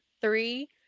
three